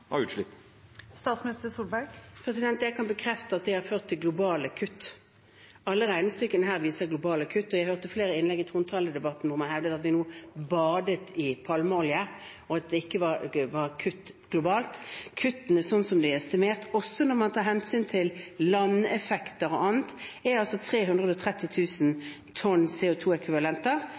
av utslipp? Jeg kan bekrefte at det har ført til globale kutt. Alle regnestykkene her viser globale kutt. Jeg hørte flere innlegg i trontaledebatten hvor man hevdet at vi nå badet i palmeolje, og at det ikke var kutt globalt. Kuttene, også når man tar hensyn til landeffekter og annet, er altså estimert til 330 000 tonn